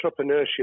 entrepreneurship